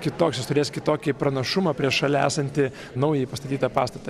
kitoks jis turės kitokį pranašumą prieš šalia esantį naujai pastatytą pastatą